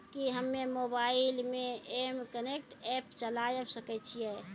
कि हम्मे मोबाइल मे एम कनेक्ट एप्प चलाबय सकै छियै?